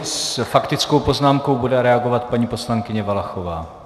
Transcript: S faktickou poznámkou bude reagovat paní poslankyně Valachová.